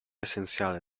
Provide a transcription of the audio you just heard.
essenziale